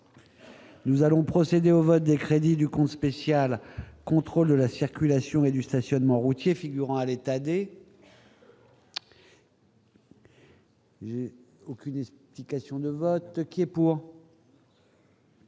Nous allons procéder au vote des crédits du Congo spécial, contrôle de la circulation et du stationnement routier figurant à l'État aidé. Il aucune idée si question de vote qui est pour.